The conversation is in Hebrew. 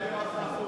מתי הוא עשה הפוך?